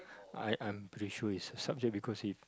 I I'm pretty sure is subject because it